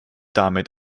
damit